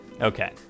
okay